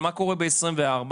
מה קורה ב-2024?